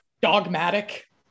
dogmatic